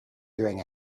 doing